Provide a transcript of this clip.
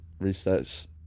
research